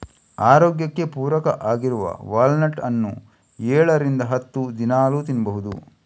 ಆರೋಗ್ಯಕ್ಕೆ ಪೂರಕ ಆಗಿರುವ ವಾಲ್ನಟ್ ಅನ್ನು ಏಳರಿಂದ ಹತ್ತು ದಿನಾಲೂ ತಿನ್ಬಹುದು